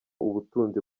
ubutunzi